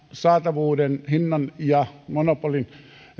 saatavuuden hinnan ja monopolin